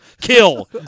kill